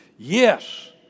Yes